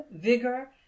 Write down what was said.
vigor